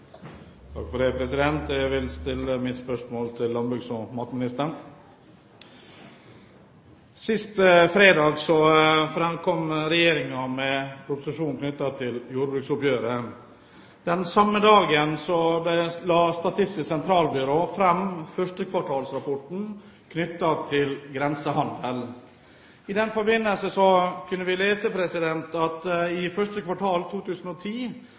Jeg vil stille mitt spørsmål til landbruks- og matministeren. Sist fredag kom regjeringen med proposisjonen knyttet til jordbruksoppgjøret. Samme dag la Statistisk sentralbyrå fram sin førstekvartalsrapport knyttet til grensehandel. I den forbindelse kunne vi lese at i første kvartal 2010